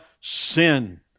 sin